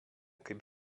kaip